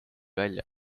välja